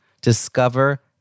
discover